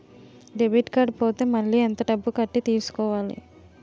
Debit card పోతే మళ్ళీ ఎంత డబ్బు కట్టి తీసుకోవాలి?